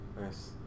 Nice